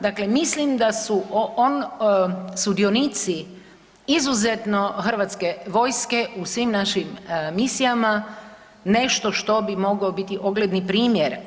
Dakle mislim da su sudionici izuzetno hrvatske vojske u svim našim misijama nešto što bi mogao biti ogledni primjer.